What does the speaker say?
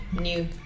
new